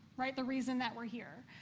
right, the reason that we're here.